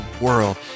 world